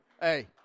Hey